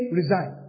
resign